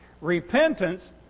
Repentance